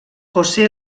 josé